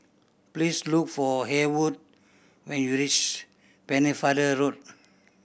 please look for Haywood when you reach Pennefather Road